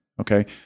Okay